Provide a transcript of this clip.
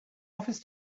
office